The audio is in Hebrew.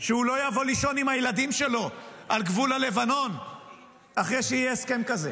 לא יבוא לישון עם הילדים שלו על גבול הלבנון אחרי שיהיה הסכם כזה,